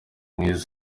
mwiza